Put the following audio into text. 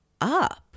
up